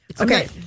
Okay